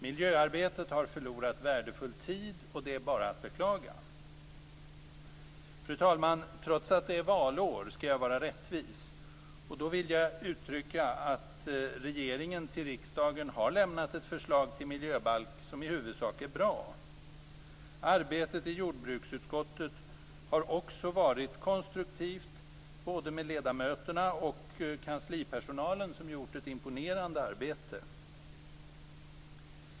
Miljöarbetet har förlorat värdefull tid, och det är bara att beklaga. Fru talman! Trots att det är valår skall jag vara rättvis. Regeringen har till riksdagen lämnat ett förslag till miljöbalk som i huvudsak är bra. Arbetet i jordbruksutskottet har också varit konstruktivt, och både ledamöterna och kanslipersonalen har gjort ett imponerande arbete.